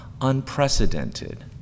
Unprecedented